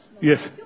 yes